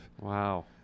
Wow